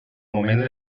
moment